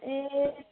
ए